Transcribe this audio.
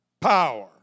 power